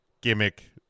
gimmick